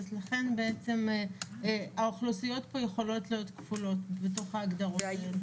אז לכן האוכלוסיות פה יכולות להיות כפולות בתוך ההגדרות האלה.